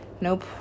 Nope